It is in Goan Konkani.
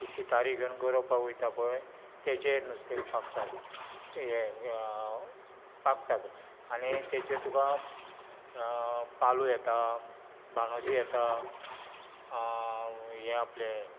ती शितारी घेवन गरोवपाक वयता पळय तेजेर नुस्तें पागतात हे पगतात आनी तेचेर तुका पालु येता भाणुशी येता हे आपलें